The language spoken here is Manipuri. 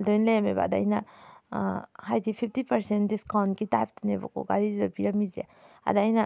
ꯑꯗꯨꯃꯥꯏꯅ ꯂꯩꯔꯝꯃꯦꯕ ꯑꯗ ꯑꯩꯅ ꯍꯥꯏꯗꯤ ꯐꯤꯐꯇꯤ ꯄꯥꯔꯁꯦꯟ ꯗꯤꯁꯀꯥꯎꯟꯒꯤ ꯇꯥꯏꯞꯇꯅꯦꯕꯀꯣ ꯘꯥꯔꯤꯁꯤꯗ ꯄꯤꯔꯝꯃꯤꯁꯦ ꯑꯗ ꯑꯩꯅ